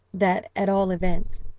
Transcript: that, at all events,